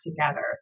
together